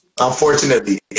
unfortunately